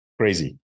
crazy